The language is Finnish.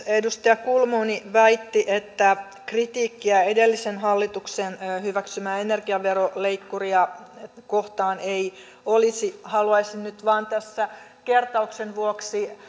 edustaja kulmuni väitti että kritiikkiä edellisen hallituksen hyväksymää energiaveroleikkuria kohtaan ei olisi haluaisin nyt vain tässä kertauksen vuoksi